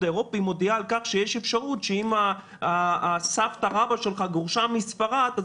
האירופי מודיעה על כך שיש אפשרות שאם הסבתא רבא שלך גורשה מספרד אז